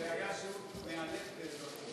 שיעור מאלף באזרחות.